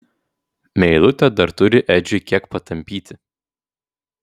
meilutė dar turi edžiui kiek patampyti